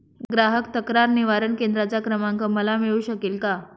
ग्राहक तक्रार निवारण केंद्राचा क्रमांक मला मिळू शकेल का?